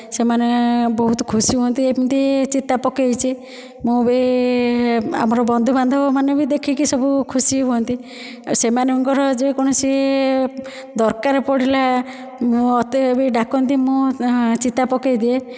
ସେମାନେ ବହୁତ ଖୁସି ହୁଅନ୍ତି ଏମିତି ଚିତା ପକାଇଛି ମୁଁ ବି ଆମର ବନ୍ଧୁ ବାନ୍ଧବ ବି ଦେଖିକି ସବୁ ଖୁସି ହୁଅନ୍ତି ସେମାଙ୍କର ଯେ କୌଣସି ଦରକାର ପଡ଼ିଲେ ମୋତେ ଡାକନ୍ତି ମୁଁ ଚିତା ପକାଇଦିଏ